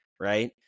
right